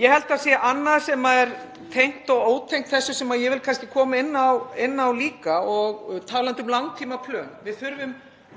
Ég held að það sé annað sem er tengt og ótengt þessu sem ég vil koma inn á líka, talandi um langtímaplön. Við þurfum